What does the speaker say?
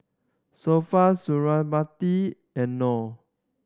Sofea Suriawati and Nor